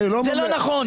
זה לא נכון.